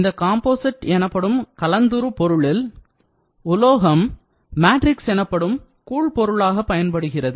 இந்த காம்போசிட் எனப்படும் கலந்துரு பொருளில் உலோகம் மேட்ரிக்ஸ் எனப்படும் கூழ் பொருளாக பயன்படுகின்றது